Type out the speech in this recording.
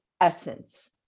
essence